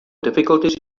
difficulties